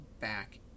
back